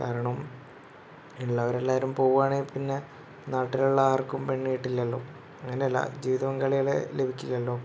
കാരണം ഉള്ളവർ എല്ലാവരും പോവുകയാണെങ്കിൽ പിന്നെ നാട്ടിലുള്ള ആർക്കും പെണ്ണ് കിട്ടില്ലല്ലോ അങ്ങനെ അല്ല ജീവിതപങ്കാളികളെ ലഭിക്കില്ലല്ലോ